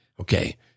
Okay